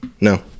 no